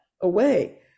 away